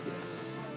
Yes